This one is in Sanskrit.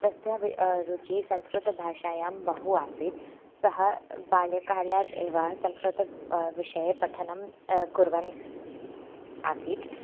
तस्य वि रुचिः संस्कृतभाषायां बहु आसीत् सः बाल्यकालाद् एव संस्कृत विषये पठनं कुर्वन् आसीत्